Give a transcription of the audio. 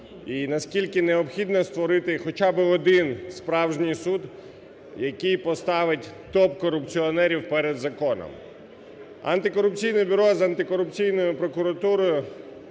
і наскільки важливо створити хоча б один справжній суд, який поставить топ-корупціонерів перед законом. Антикорупційне бюро з антикорупційною прокуратурою